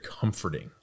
comforting